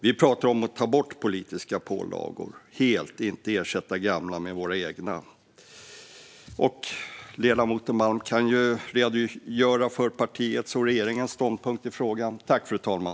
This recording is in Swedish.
Vi pratar om att ta bort politiska pålagor helt, inte ersätta de gamla med våra egna. Ledamoten Malm kan ju redogöra för sitt partis och regeringens ståndpunkt i frågan.